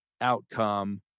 outcome